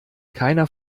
keiner